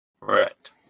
Right